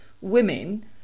women